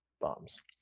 Bombs